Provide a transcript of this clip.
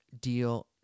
deal